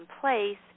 place